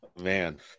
Man